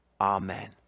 Amen